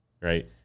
right